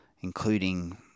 including